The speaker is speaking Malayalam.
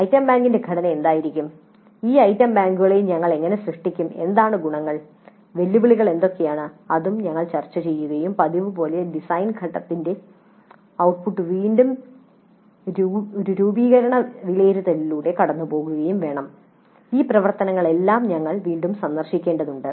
ഐറ്റം ബാങ്കിന്റെ ഘടന എന്തായിരിക്കും ഈ ഐറ്റം ബാങ്കുകളെ ഞങ്ങൾ എങ്ങനെ സൃഷ്ടിക്കും എന്താണ് ഗുണങ്ങൾ വെല്ലുവിളികൾ എന്തൊക്കെയാണ് അതും ഞങ്ങൾ ചർച്ച ചെയ്യുകയും പതിവുപോലെ ഡിസൈൻ ഘട്ടത്തിന്റെ ഔട്ട്പുട്ട് വീണ്ടും ഒരു രൂപീകരണ വിലയിരുത്തലിലൂടെ കടന്നുപോകുകയും വേണം ഈ പ്രവർത്തനങ്ങളെല്ലാം ഞങ്ങൾ വീണ്ടും സന്ദർശിക്കേണ്ടതുണ്ട്